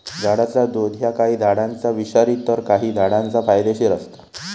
झाडाचा दुध ह्या काही झाडांचा विषारी तर काही झाडांचा फायदेशीर असता